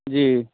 जी